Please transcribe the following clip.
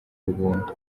ubuntu